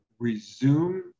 resume